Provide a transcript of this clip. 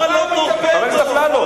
חבר הכנסת אפללו.